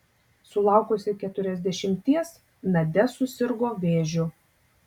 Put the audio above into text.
sulaukusi keturiasdešimties nadia susirgo vėžiu